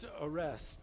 arrest